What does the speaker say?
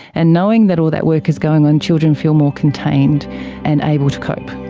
and knowing that all that work is going on, children feel more contained and able to cope.